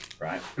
right